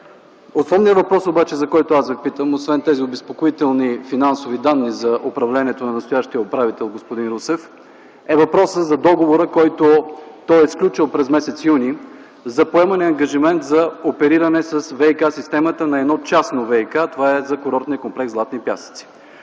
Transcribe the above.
Основният въпрос, за който аз Ви питам, освен тези обезпокоителни финансови данни за управлението на настоящия управител господин Русев, е въпросът за договора, който той е сключил през м. юни – за поемане ангажимент за опериране с ВиК-системата на едно частно ВиК – това е за Курортния комплекс „Златни пясъци”.